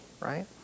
right